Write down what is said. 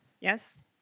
Yes